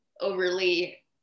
overly